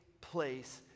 place